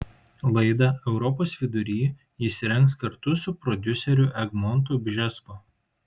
laidą europos vidury jis rengs kartu su prodiuseriu egmontu bžesku